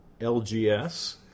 LGS